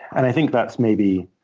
and i think that's maybe,